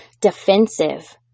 defensive